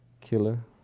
killer